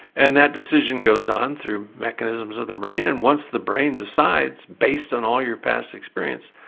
and that decision goes on through mechanisms of the brain, and once the brain decides, based on all your past experience,